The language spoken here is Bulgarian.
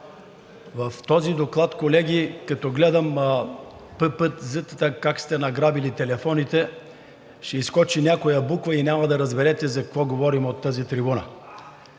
В този доклад, колеги – като гледам ПП как сте награбили телефоните, ще изскочи някоя буква и няма да разберете за какво говорим от тази трибуна.